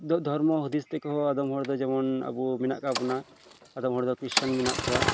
ᱫᱷᱚᱨᱢᱚ ᱦᱩᱫᱤᱥ ᱛᱮᱠᱚ ᱦᱚᱸ ᱟᱫᱚᱢ ᱦᱚᱲ ᱫᱚ ᱡᱮᱢᱚᱱ ᱟᱵᱚ ᱢᱮᱱᱟᱜ ᱟᱠᱟᱜ ᱵᱚᱱᱟ ᱟᱫᱚᱢ ᱦᱚᱲ ᱫᱚ ᱠᱷᱨᱤᱥᱴᱟᱱ ᱢᱮᱱᱟᱜ ᱠᱚᱣᱟ